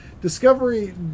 Discovery